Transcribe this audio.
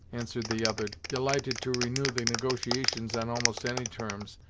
answered the other, delighted to renew the negotiations on almost any terms,